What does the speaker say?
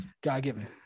God-given